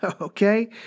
okay